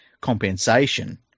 compensation